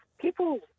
people